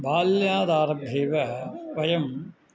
बाल्यादारभ्यैव वयं